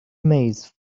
maze